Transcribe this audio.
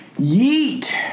Yeet